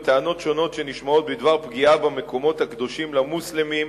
וטענות שונות שנשמעות בדבר פגיעה במקומות הקדושים למוסלמים,